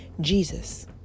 Jesus